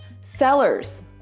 sellers